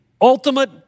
ultimate